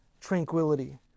tranquility